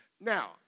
Now